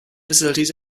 facilities